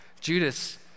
judas